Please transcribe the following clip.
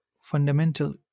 fundamental